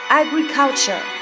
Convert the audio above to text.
agriculture